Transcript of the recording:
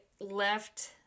left